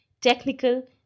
technical